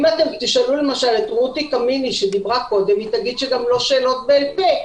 אם תשאלו את רותי קמיני שדיברה קודם היא תגיד שגם לא שאלות בעל-פה.